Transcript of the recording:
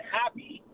happy